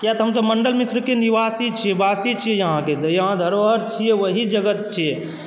किया तऽ हमसब मंडन मिश्रकेँ निवास छियै वासी छियै यहाँके यहाँ धरोहर छियै वहीँ जगत छियै